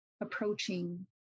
approaching